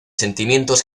sentimientos